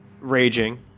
Raging